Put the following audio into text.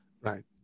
Right